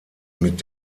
mit